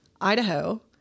Idaho